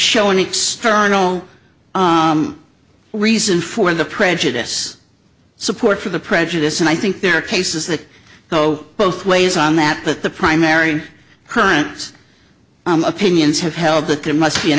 show an external reason for the prejudice support for the prejudice and i think there are cases that go both ways on that but the primary current opinions have held that there must be an